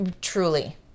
Truly